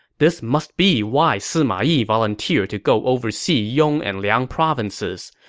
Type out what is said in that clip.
this must be why sima yi volunteered to go oversee yong and liang provinces.